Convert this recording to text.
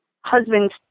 husband's